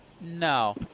No